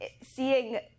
seeing